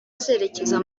azerekeza